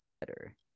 better